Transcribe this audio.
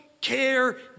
care